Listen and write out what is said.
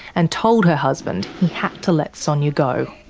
and told her husband he had to let sonia go.